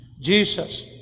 Jesus